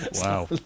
Wow